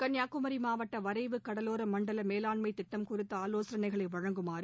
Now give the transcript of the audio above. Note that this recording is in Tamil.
கள்னியாகுமரி மாவட்ட வரைவு கடலோர மண்டல மேலாண்மை திட்டம் குறித்த ஆலோசனைகளை வழங்குமாறு